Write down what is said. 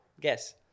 guess